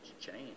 change